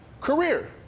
career